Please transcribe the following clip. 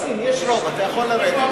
נסים, יש רוב, אתה יכול לרדת.